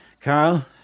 Carl